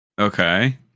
Okay